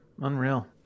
unreal